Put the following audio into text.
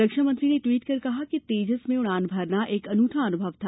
रक्षामंत्री ने ट्वीट कर कहा कि तेजस में उड़ान भरना एक अनूठा अनुभव था